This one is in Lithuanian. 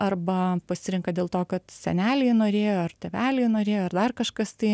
arba pasirenka dėl to kad seneliai norėjo ar tėveliai norėjo ar dar kažkas tai